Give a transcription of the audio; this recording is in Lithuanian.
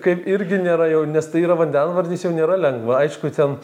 kaip irgi nėra jau nes tai yra vandenvardis jau nėra lengva aišku ten